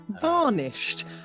Varnished